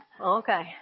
Okay